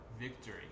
victory